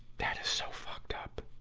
that is so fucked up.